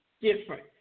different